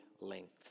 lengths